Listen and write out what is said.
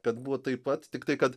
kad buvo taip pat tiktai kad